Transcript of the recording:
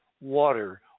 water